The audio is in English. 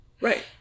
Right